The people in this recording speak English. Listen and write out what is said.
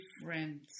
different